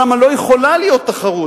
למה לא יכולה להיות תחרות.